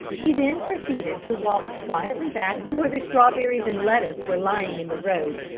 he then proceeded to walk quietly back to where the strawberries and lettuce were lying in the road,